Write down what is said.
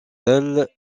ailes